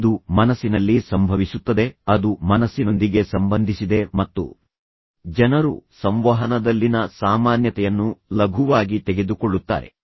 ಇದು ಮನಸ್ಸಿನಲ್ಲಿ ಸಂಭವಿಸುತ್ತದೆ ಅದು ಮನಸ್ಸಿನೊಂದಿಗೆ ಸಂಬಂಧಿಸಿದೆ ಮತ್ತು ಜನರು ಸಂವಹನದಲ್ಲಿನ ಸಾಮಾನ್ಯತೆಯನ್ನು ಲಘುವಾಗಿ ತೆಗೆದುಕೊಳ್ಳುತ್ತಾರೆ